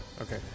Okay